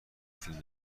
فیلم